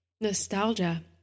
Nostalgia